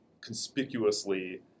conspicuously